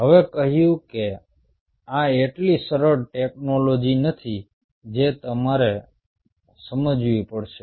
હવે કહ્યું કે આ એટલી સરળ ટેકનોલોજી નથી જે તમારે સમજવી પડશે